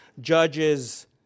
judges